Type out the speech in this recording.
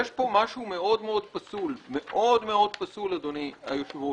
יש פה משהו מאוד פסול אדוני היושב-ראש.